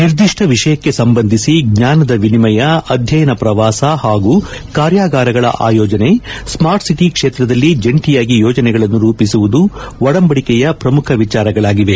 ನಿರ್ದಿಷ್ಟ ವಿಷಯಕ್ಕೆ ಸಂಬಂಧಿಸಿ ಜ್ಞಾನದ ವಿನಿಮಯ ಅಧ್ಯಯನ ಪ್ರವಾಸ ಹಾಗು ಕಾರ್ಯಾಗಾರಗಳ ಆಯೋಜನೆ ಸ್ಮಾರ್ಟ್ ಸಿಟಿ ಕ್ಷೇತ್ರದಲ್ಲಿ ಜಂಟಿಯಾಗಿ ಯೋಜನೆಗಳನ್ನು ರೂಪಿಸುವುದು ಒಡಂಬಡಿಕೆಯ ಪ್ರಮುಖ ವಿಚಾರಗಳಾಗಿವೆ